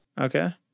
Okay